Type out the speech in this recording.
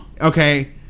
Okay